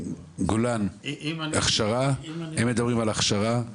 גולן הם מדברים על הכשרה,